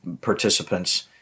participants